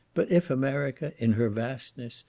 but if america, in her vastness,